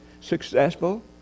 successful